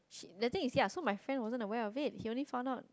that thing is ya so my friend wasn't aware of it he only found out